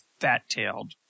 fat-tailed